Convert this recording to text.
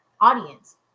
audience